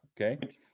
Okay